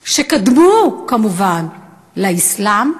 שקדמו, כמובן, לאסלאם,